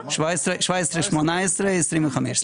17,000,18,000,